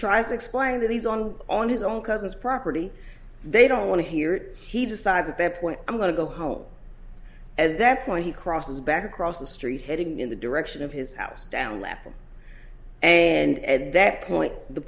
tries to explain to these on on his own cousin's property they don't want to hear it he decides at that point i'm going to go home at that point he crosses back across the street heading in the direction of his house down lap and and at that point the